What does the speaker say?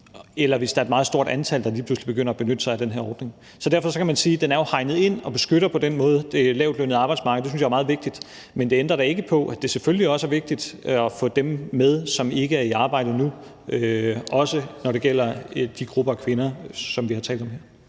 eller hvis der er et meget stort antal, der lige pludselig begynder at benytte sig af den her ordning. Derfor kan man sige, at den jo er hegnet ind og på den måde beskytter det lavtlønnede arbejdsmarked, og det synes jeg er meget vigtigt. Men det ændrer da ikke på, at det selvfølgelig også er vigtigt at få dem med, som ikke er i arbejde nu, også når det gælder de grupper af kvinder, som vi har talt om.